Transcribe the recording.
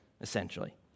essentially